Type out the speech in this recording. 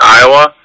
Iowa